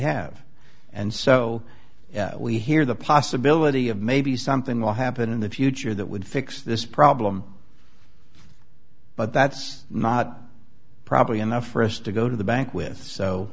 have and so we hear the possibility of maybe something will happen in the future that would fix this problem but that's not probably enough for us to go to the bank with so